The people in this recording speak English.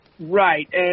Right